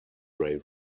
ray